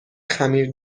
خمیر